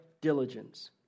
diligence